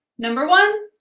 number one,